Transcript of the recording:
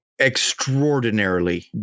extraordinarily